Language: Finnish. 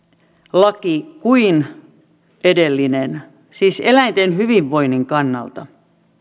laki kuin edellinen siis eläinten hyvinvoinnin kannalta